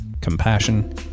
compassion